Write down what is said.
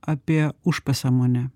apie užpasąmonę